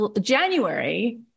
January